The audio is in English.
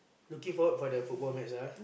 looking forward for the football match ah